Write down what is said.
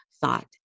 thought